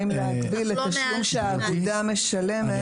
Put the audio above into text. האם להגביל התשלום שהאגודה משלמת ולא ההורים.